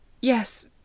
Yes